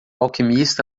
alquimista